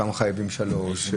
כמה חייבים שלוש,